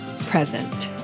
present